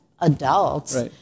adults